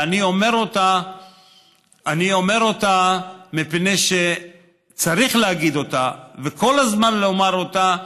ואני אומר את זה מפני שצריך להגיד את זה וכל הזמן לומר את זה,